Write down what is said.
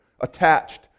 attached